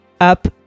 up